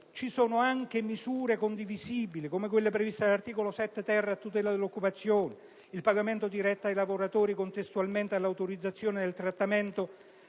ci sono anche misure condivisibili, come quelle previste dall'articolo 7-*ter* a tutela dell'occupazione, il pagamento diretto ai lavoratori contestualmente all'autorizzazione del trattamento